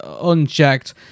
unchecked